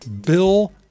Bill